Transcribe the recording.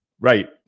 right